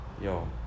Yo